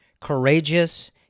courageous